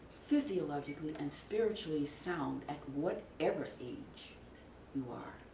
physiologically and spiritually sound at whatever age you are.